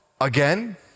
Again